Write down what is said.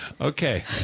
Okay